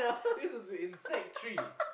this was in sec three